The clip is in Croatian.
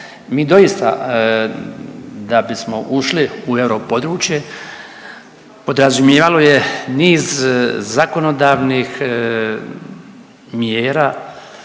mi doista, da bismo ušli u euro područje, podrazumijevalo je niz zakonodavnih mjera